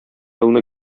елны